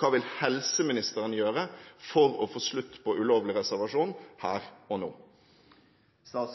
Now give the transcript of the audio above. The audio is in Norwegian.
Hva vil helseministeren gjøre for å få slutt på ulovlig reservasjon, her og nå? Jeg